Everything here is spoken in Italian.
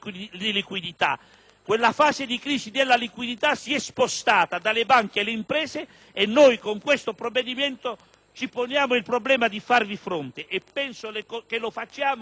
La fase di crisi della liquidità si è infatti spostata dalle banche alle imprese e con questo provvedimento noi ci poniamo il problema di farvi fronte e ritengo che lo facciamo in maniera efficace.